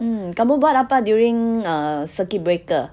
mm kamu buat apa during uh circuit breaker